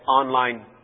online